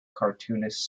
cartoonist